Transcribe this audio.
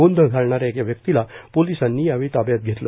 गोंधळ घालणा या एका व्यक्तीला पोलीसांनी यावेळी ताब्यात घेतलं